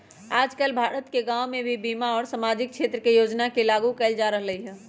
आजकल भारत के गांव में भी बीमा और सामाजिक क्षेत्र के योजना के लागू कइल जा रहल हई